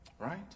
Right